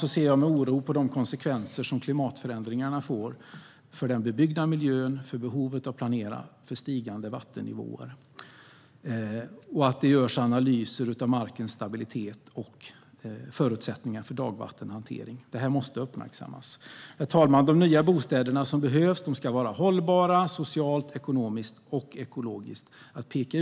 Jag ser med oro på de konsekvenser klimatförändringarna får för den bebyggda miljön och behovet av att planera för stigande vattennivåer. Det görs analyser av markens stabilitet och förutsättningarna för dagvattenhantering. Det här måste uppmärksammas. Herr talman! De nya bostäder som behövs ska vara socialt, ekonomiskt och ekologiskt hållbara.